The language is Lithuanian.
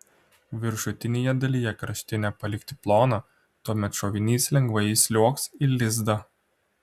viršutinėje dalyje kraštinę palikti ploną tuomet šovinys lengvai įsliuogs į lizdą